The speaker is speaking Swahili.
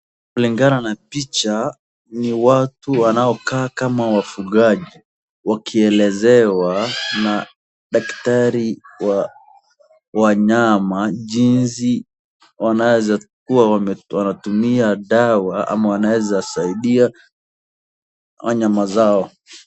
Kulingana na picha ni watu wanaokaa kama wafugaji wakielezewa na daktari wa wanyama jinsi wanavyokuwa wanatumia dawa ama wanaweza saidia wanyama zao.